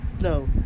No